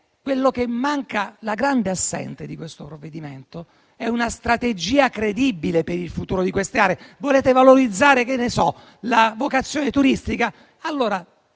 cos'è che manca? La grande assente in questo provvedimento è una strategia credibile per il futuro di queste aree. Volete valorizzare ad esempio la vocazione turistica? Allora